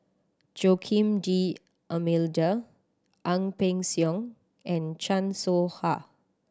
Joaquim D'Almeida Ang Peng Siong and Chan Soh Ha